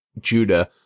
Judah